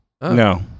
No